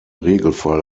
regelfall